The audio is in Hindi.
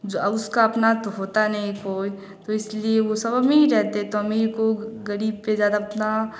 जो उसका अपना तो होता नहीं कोई तो इसलिए वह सब अमीर रहते तो अमीर को गरीब पर ज़्यादा उतना